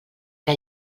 que